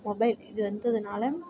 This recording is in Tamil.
மொபைல் இது வந்ததுனால்